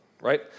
right